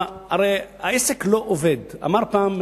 הרי העסק לא עובד.